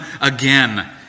again